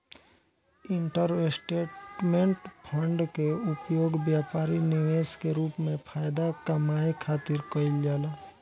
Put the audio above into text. investment fund के उपयोग व्यापारी निवेश के रूप में फायदा कामये खातिर कईल जाला